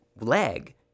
leg